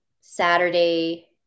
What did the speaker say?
Saturday